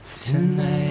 tonight